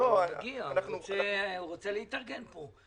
אבל הוא הגיע ורוצה להתארגן פה.